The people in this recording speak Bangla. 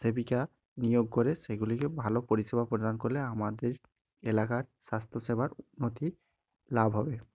সেবিকা নিয়োগ করে সেগুলিকে ভালো পরিষেবা প্রদান করলে আমাদের এলাকার স্বাস্থ্যসেবার উন্নতি লাভ হবে